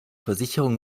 versicherung